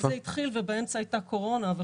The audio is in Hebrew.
זה רק התחיל ובאמצע הייתה קורונה.